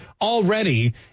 already